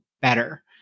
better